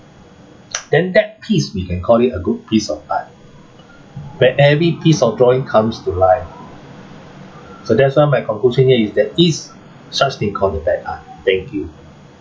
then that piece we can call it a good piece of art where every piece of drawing comes to life so that's why my conclusion here is there is such thing called a bad art thank you